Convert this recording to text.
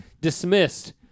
dismissed